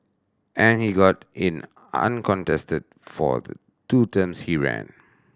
and he got in uncontested for the two terms he ran